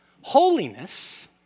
Holiness